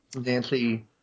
Nancy